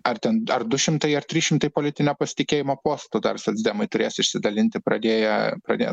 ar ten ar du šimtai ar trys šimtai politinio pasitikėjimo postųdar socdemai turės išsidalinti pradėję pradėję